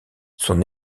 son